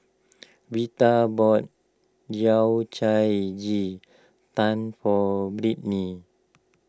Veta bought Yao Cai Ji Tang for Brittney